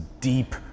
deep